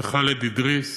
וחאלד אדריס